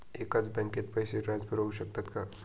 एकाच बँकेत पैसे ट्रान्सफर होऊ शकतात का?